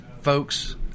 folks